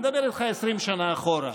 אני מדבר איתך על 20 שנה אחורה,